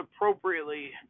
appropriately